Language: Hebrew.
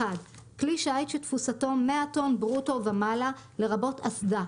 כלי שיט שתפוסתו 100 טון ברוטו ומעלה לרבות אסדה,